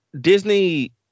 Disney